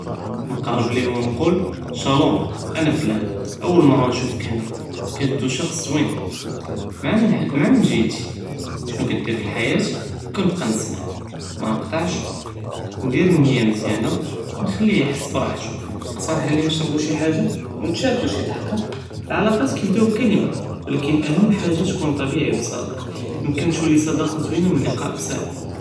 נקרב ליהם ונقول סלאם אני פלאן אולם מרא נשוףכ הנה קטבדו איש שויין, מעאמין ח מעאמין ג'יתי שנו קא דיר פלחייאה וכנבלה נשמע מנקטעש נדיר אלניה מזיאנה ונחליה יחס בראהתו נקטארח עליה נשרבו שיי חאגה ונתשארקו שיי דחקה, אלעלاقات קאיבדאו בקלמה ולקין אהמ חאגה tkun טבעי וסדק ימקין תולי סדקה שוינה מניקאא בסיט.